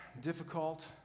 difficult